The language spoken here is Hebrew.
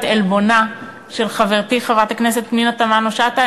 עלבונה את חברתי חברת הכנסת פנינה תמנו-שטה.